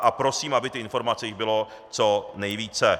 A prosím, aby těch informací bylo co nejvíce.